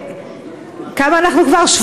כמה אנחנו כבר?